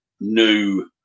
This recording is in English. new